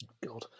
god